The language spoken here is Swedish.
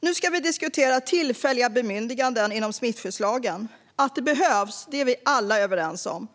Nu diskuterar vi tillfälliga bemyndiganden inom smittskyddslagen. Att det behövs är vi alla överens om.